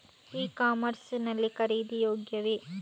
E commerce ಲ್ಲಿ ಖರೀದಿ ಯೋಗ್ಯವೇ?